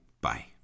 Bye